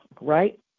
right